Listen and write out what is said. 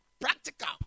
Practical